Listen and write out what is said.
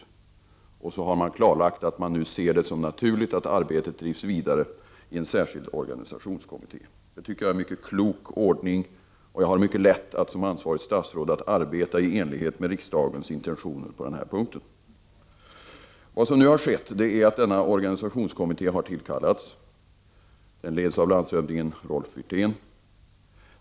Vidare har riksdagen klarlagt att det ses som naturligt att arbetet drivs vidare i en särskild organisationskommitté. Jag anser detta vara en mycket klok ordning, och jag har mycket lätt att som ansvarigt statsråd arbeta i enlighet med riksdagens intentioner på den här punkten. Vad som nu har skett är att denna organisationskommitté har tillkallats. Den leds av landshövding Rolf Wirtén.